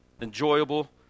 Enjoyable